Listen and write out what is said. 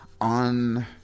on